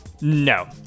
No